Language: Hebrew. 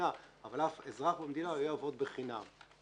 אף אזרח במדינה יעבוד בחינם.